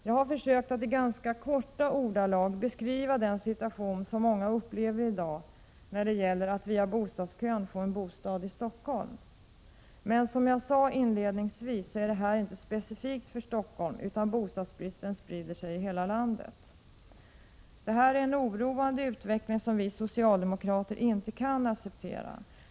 Jag har försökt att i ganska korta ordalag beskriva den situation som många upplever i dag när det gäller att via bostadskön få en bostad i Stockholm. Men som jag sade inledningsvis, är det här inte specifikt för Stockholm, utan bostadsbristen sprider sig i hela landet. Det är en oroande utveckling som vi socialdemokrater inte kan acceptera.